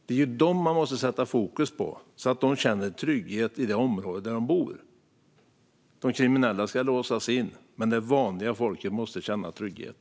Det är dem man måste sätta fokus på så att de känner trygghet i det område där de bor. De kriminella ska låsas in, och det vanliga folket måste känna trygghet.